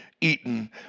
eaten